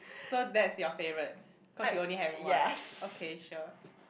so that's your favorite cause you only have one okay sure